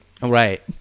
Right